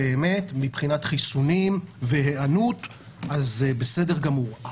מבחינת חיסונים והיענות זה בסדר גמור.